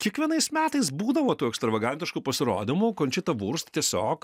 kiekvienais metais būdavo tų ekstravagantiškų pasirodymų končita vurst tiesiog